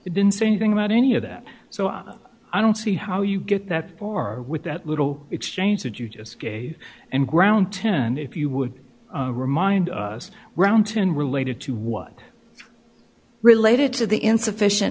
it didn't say anything about any of that so i don't see how you get that far with that little exchange that you just gave and ground ten if you would remind us round two in related to what related to the insufficient